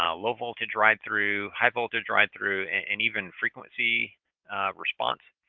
ah low voltage ride through, high voltage ride through, and and even frequency response.